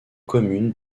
communes